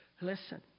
Listen